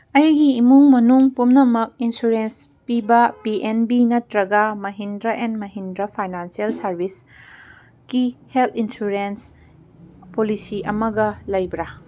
ꯑꯩꯒꯤ ꯏꯃꯨꯡ ꯃꯅꯨꯡ ꯄꯨꯝꯅꯃꯛ ꯏꯟꯁꯨꯔꯦꯟꯁ ꯄꯤꯕ ꯄꯤ ꯑꯦꯟ ꯕꯤ ꯅꯠꯇ꯭ꯔꯒ ꯃꯍꯤꯟꯗ꯭ꯔ ꯑꯦꯟ ꯃꯍꯤꯟꯗ꯭ꯔ ꯐꯩꯅꯥꯟꯁꯤꯌꯦꯜ ꯁꯥꯔꯚꯤꯁꯀꯤ ꯍꯦꯜꯠ ꯏꯟꯁꯨꯔꯦꯟꯁ ꯄꯣꯂꯤꯁꯤ ꯑꯃꯒ ꯂꯩꯕ꯭ꯔ